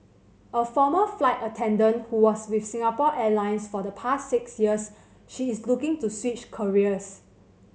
a former flight attendant who was with Singapore Airlines for the past six years she is looking to switch careers